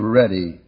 ready